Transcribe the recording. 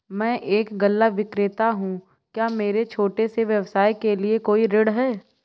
मैं एक गल्ला विक्रेता हूँ क्या मेरे छोटे से व्यवसाय के लिए कोई ऋण है?